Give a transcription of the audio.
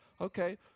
Okay